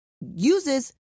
uses